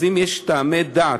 אז אם יש טעמי דת,